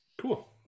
Cool